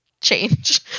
change